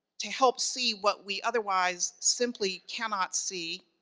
to help see what we otherwise simply cannot see,